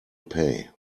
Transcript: pay